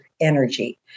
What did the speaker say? energy